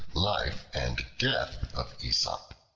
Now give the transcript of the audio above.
life, and death of aesop.